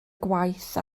gwaith